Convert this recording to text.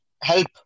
help